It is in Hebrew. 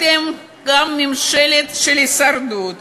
אתם גם ממשלה של הישרדות,